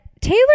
Taylor